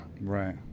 right